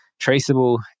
traceable